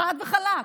חד וחלק.